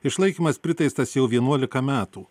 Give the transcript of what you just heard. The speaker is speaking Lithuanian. išlaikymas priteistas jau vienuolika metų